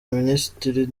minisitiri